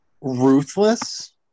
ruthless